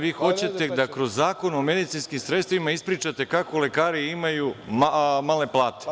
Vi hoćete da kroz Zakon o medicinskim sredstvima ispričate kako lekari imaju male plate.